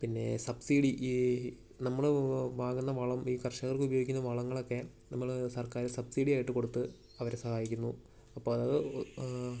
പിന്നെ സബ്സിഡി ഈ നമ്മൾ വാങ്ങുന്ന വളം ഈ കർഷകർക്ക് ഉപയോഗിക്കുന്ന വളങ്ങളൊക്കെ നമ്മൾ സർക്കാർ സബ്സിഡി ആയിട്ട് കൊടുത്ത് അവരെ സഹായിക്കുന്നു അപ്പോൾ അത്